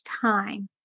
time